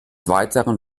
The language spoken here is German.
weiteren